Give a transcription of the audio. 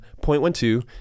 0.12